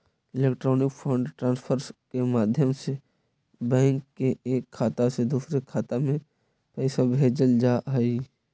electronic fund transfer के माध्यम से बैंक के एक खाता से दूसर खाते में पैइसा भेजल जा हइ